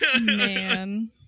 Man